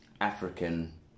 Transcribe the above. African